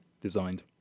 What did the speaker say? designed